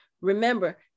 remember